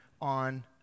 on